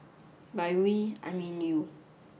by we I mean you